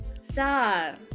Stop